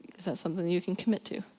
is that something that you can commit to?